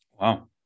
Wow